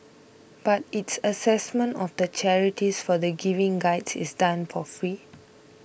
but its assessment of the charities for the Giving Guides is done for free